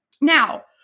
Now